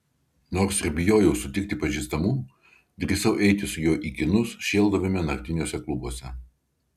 nors ir bijojau sutikti pažįstamų drįsau eiti su juo į kinus šėldavome naktiniuose klubuose